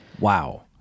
wow